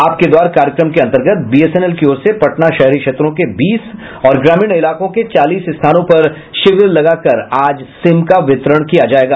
आपके द्वार कार्यक्रम के अंतर्गत बीएसएनएल की ओर से पटना शहरी क्षेत्रों के बीस और ग्रामीण इलाकों के चालीस स्थानों पर शिविर लगाकर आज सिम का वितरण किया जायेगा